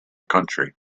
country